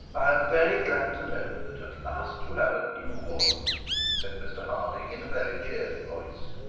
i am very glad to know that at last you have a new warden said mr harding in a very cheery voice.